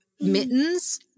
mittens